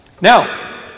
Now